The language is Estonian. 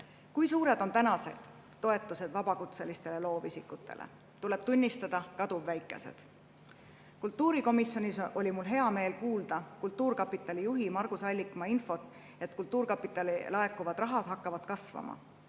Kui suured on täna toetused vabakutselistele loovisikutele? Tuleb tunnistada, et kaduvväikesed. Kultuurikomisjonis oli mul hea meel kuulda kultuurkapitali juhi Margus Allikmaa infot, et kultuurkapitali laekuvad rahad hakkavad kasvama.